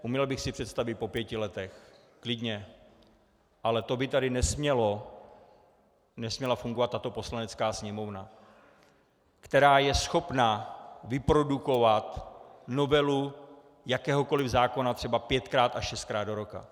Uměl bych si představit po pěti letech, klidně, ale to by tady nesměla fungovat tato Poslanecká sněmovna, která je schopna vyprodukovat novelu jakéhokoliv zákona třeba pětkrát až šestkrát do roka.